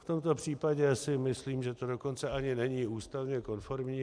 V tomto případě si myslím, že to dokonce ani není ústavně konformní.